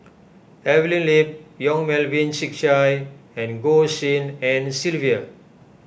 Evelyn Lip Yong Melvin Yik Chye and Goh Tshin En Sylvia